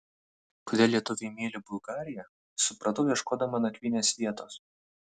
kodėl lietuviai myli bulgariją supratau ieškodama nakvynės vietos